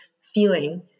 feeling